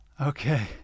Okay